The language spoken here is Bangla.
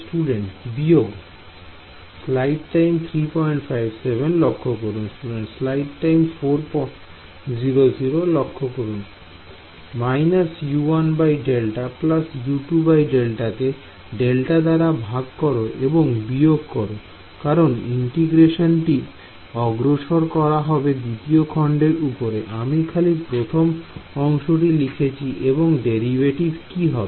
− U1Δ U2Δকে ডেল্টা দ্বারা ভাগ করো এবং বিয়োগ করো কারণ ইন্টিগ্রেশনটি অগ্রসর করা হবে দ্বিতীয় খন্ডের উপরে আমি খালি প্রথম অংশটি লিখেছি এবং এর ডেরিভেটিভ কি হবে